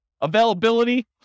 Availability